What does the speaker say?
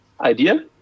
idea